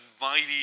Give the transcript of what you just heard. mighty